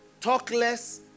Talkless